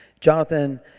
Jonathan